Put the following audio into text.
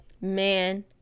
Man